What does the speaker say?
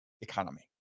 Economy